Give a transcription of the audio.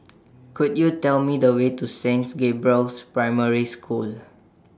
Could YOU Tell Me The Way to Saint Gabriel's Primary School